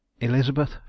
ELIZABETH